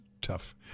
tough